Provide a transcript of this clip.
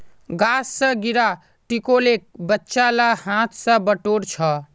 गाछ स गिरा टिकोलेक बच्चा ला हाथ स बटोर छ